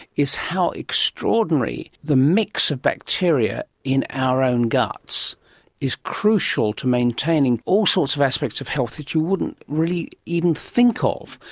is how extraordinary the mix of bacteria in our own guts is crucial to maintaining all sorts of aspects of health that you wouldn't really even really think ah of.